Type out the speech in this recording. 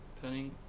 turning